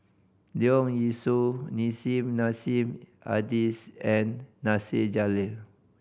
Leong Yee Soo Nissim Nassim Adis and Nasir Jalil